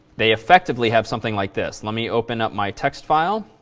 they effectively have something like this. let me open up my text file